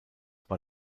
war